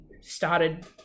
started